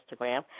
Instagram